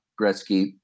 Gretzky